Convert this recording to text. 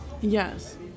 Yes